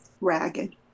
ragged